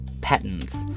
patents